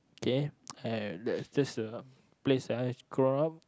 K I I that that's the place where I've grow up